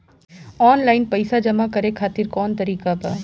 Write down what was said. Online पइसा जमा करे खातिर कवन तरीका बा?